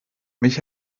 mich